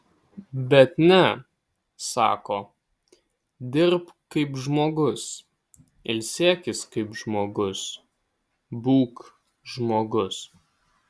bet ne sako dirbk kaip žmogus ilsėkis kaip žmogus būk žmogus